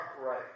right